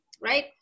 right